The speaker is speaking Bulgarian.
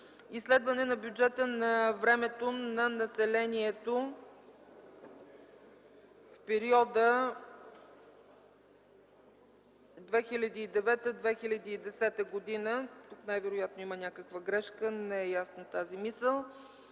изследване на бюджета на времето на населението в периода 2009-2010 г. (Най-вероятно има някаква грешка, тази мисъл